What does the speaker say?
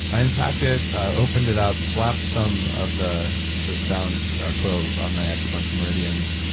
i unpacked it, ah opened it up, slap some of the the sound quells on my acupuncture meridians,